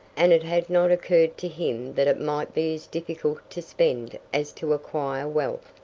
and it had not occurred to him that it might be as difficult to spend as to acquire wealth.